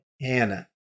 Anna